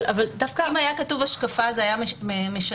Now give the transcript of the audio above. אם היה כתוב השקפה, זה היה משנה?